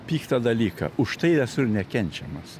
piktą dalyką už tai esu ir nekenčiamas